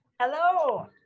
hello